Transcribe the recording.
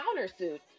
countersuit